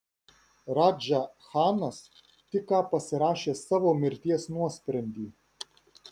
radža chanas tik ką pasirašė savo mirties nuosprendį